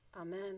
Amen